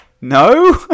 No